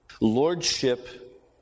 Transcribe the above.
Lordship